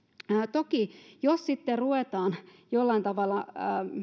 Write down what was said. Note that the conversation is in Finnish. toki jos sitten ruvetaan jollain tavalla